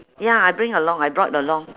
ya I bring along I brought along